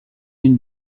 une